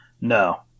No